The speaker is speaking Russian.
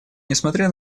несмотря